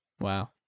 Wow